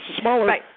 smaller